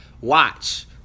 watch